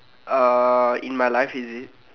uh in my life is it